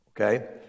okay